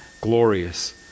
glorious